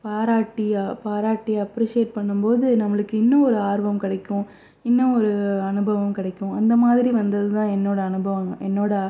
பாராட்டி பாராட்டி அப்ரிசேட் பண்ணும் போது நம்மளுக்கு இன்னும் ஒரு ஆர்வம் கிடைக்கும் இன்னும் ஒரு அனுபவம் கிடைக்கும் அந்த மாதிரி வந்தது தான் என்னோடய அனுபவங்கள் என்னோடய